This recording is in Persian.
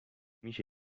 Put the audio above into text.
میشه